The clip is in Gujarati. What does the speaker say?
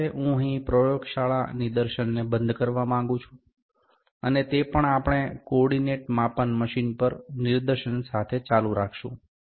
આ સાથે હું અહીં પ્રયોગશાળા નિદર્શનને બંધ કરવા માંગું છું અને તે પણ આપણે કોઓર્ડિનેટ માપન મશીન પર નિદર્શન સાથે ચાલુ રાખીશું